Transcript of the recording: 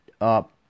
up